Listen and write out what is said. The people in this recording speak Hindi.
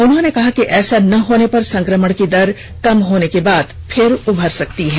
उन्होंने कहा कि ऐसा न होने पर संक्रमण की दर कम होने के बाद फिर उभर सकती है